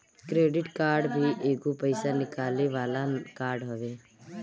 credit card भी एगो पईसा निकाले वाला कार्ड हवे